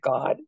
God